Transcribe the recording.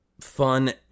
fun